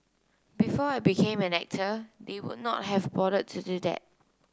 before I became an actor they would not have bothered to do that